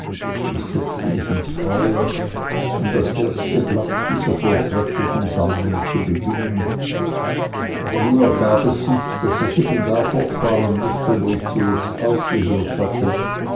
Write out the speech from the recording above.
ich setzte mich ins freie um das erste blatt dieser vortrefflichen sammlung zu beginnen aber nun ergab es sich daß ich eben da fortfahren mußte wo ich zuletzt aufgehört hatte